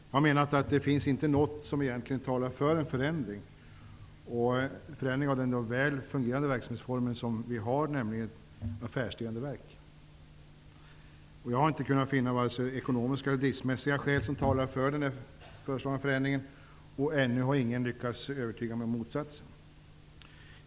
Jag har menat att det inte finns något som egentligen talar för en förändring av den väl fungerande verksamhetsformen affärsdrivande verk. Jag har inte kunnat finna vare sig ekonomiska eller driftsmässiga skäl som talar för den föreslagna förändringen, och ännu har ingen lyckats övertyga mig om motsatsen.